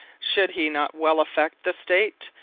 should he not well-affect the state,